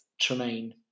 Tremaine